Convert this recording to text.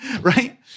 right